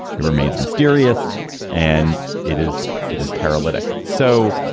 it remains mysterious and it is it is paralytic. so